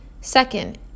Second